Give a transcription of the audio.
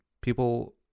people